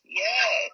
yes